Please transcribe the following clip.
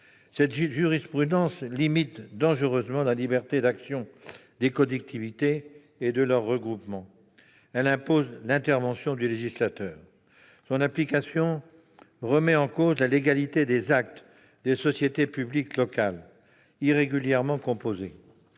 Cette jurisprudence limite dangereusement la liberté d'action des collectivités et de leurs groupements. Elle impose l'intervention du législateur. Son application remet en cause la légalité des actes des sociétés publiques locales irrégulièrement composées.